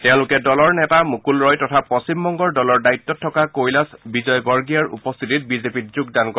তেওঁলোকে দলৰ নেতা মুকুল ৰয় তথা পশ্চিমবংগৰ দলৰ দায়িত্বত থকা কৈলাশ বিজয় বাৰ্গিয়াৰ উপস্থিতিত বিজেপিত যোগদান কৰে